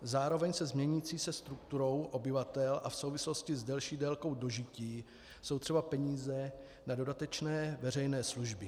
Zároveň s měnící se strukturou obyvatel a v souvislosti s delší délkou dožití jsou třeba peníze na dodatečné veřejné služby.